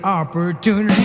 opportunity